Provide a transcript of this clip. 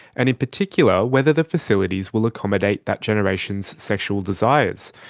and in particular whether the facilities will accommodate that generation's sexual desires.